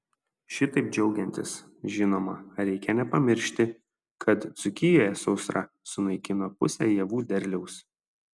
šitaip džiaugiantis žinoma reikia nepamiršti kad dzūkijoje sausra sunaikino pusę javų derliaus